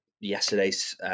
Yesterday's